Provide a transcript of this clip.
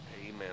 Amen